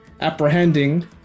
apprehending